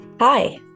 Hi